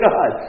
God